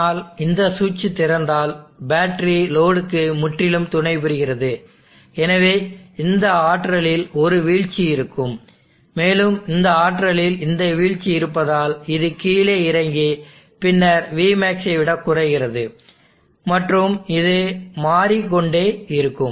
ஆனால் இந்த சுவிட்ச் திறந்தால் பேட்டரி லோடுக்கு முற்றிலும் துணைபுரிகிறது எனவே இந்த ஆற்றலில் ஒரு வீழ்ச்சி இருக்கும் மேலும் இந்த ஆற்றலில் இந்த வீழ்ச்சி இருப்பதால் இது கீழே இறங்கிபின்னர் vmax ஐ விட குறைகிறது மற்றும் இது மாறிக்கொண்டே இருக்கும்